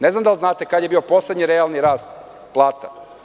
Ne znam da li znate kada je bio poslednji realni rast plata?